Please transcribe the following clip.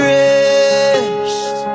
rest